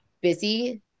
busy